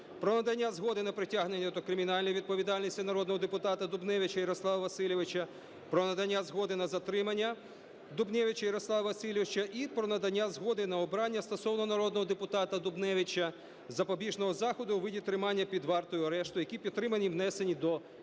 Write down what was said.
про надання згоди на притягнення до кримінальної відповідальності народного депутата Дубневича Ярослава Васильовича, про надання згоди на затримання Дубневича Ярослава Васильовича і про надання згоди на обрання стосовно народного депутата Дубневича запобіжного заходу у виді тримання під вартою (арешту), які підтримані і внесені до